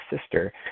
sister